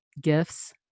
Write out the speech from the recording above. gifts